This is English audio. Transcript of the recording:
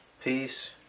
peace